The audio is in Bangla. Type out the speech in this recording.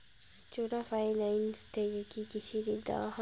চোলা ফাইন্যান্স থেকে কি কৃষি ঋণ দেওয়া হয়?